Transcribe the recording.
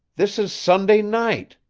this is sunday night.